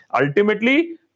Ultimately